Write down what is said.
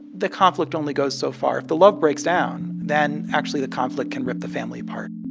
the conflict only goes so far. if the love breaks down, then actually, the conflict can rip the family apart